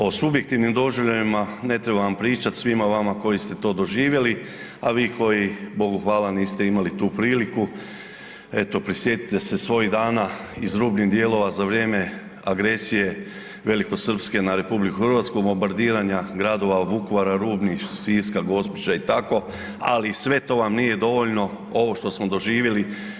O subjektivnim doživljajima ne trebam pričati svima vama koji ste to doživjeli, a vi koji Bogu hvala niste imali tu priliku eto prisjetite se svojih dana iz rubnih dijelova za vrijeme agresije velikosrpske na RH i bombardiranja gradova od Vukovara, rubnih Siska, Gospića i tako, ali sve to vam nije dovoljno ovo što smo doživjeli.